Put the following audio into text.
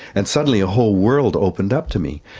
and suddenly a whole world opened up to me.